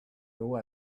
eau